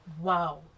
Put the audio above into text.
wow